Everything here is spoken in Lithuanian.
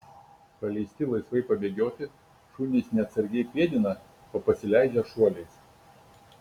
paleisti laisvai pabėgioti šunys ne atsargiai pėdina o pasileidžia šuoliais